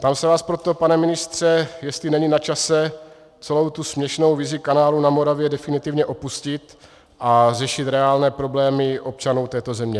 Ptám se vás proto, pane ministře, jestli není na čase celou tu směšnou vizi kanálu na Moravě definitivně opustit a řešit reálné problémy občanů této země.